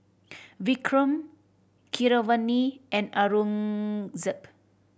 Vikram Keeravani and Aurangzeb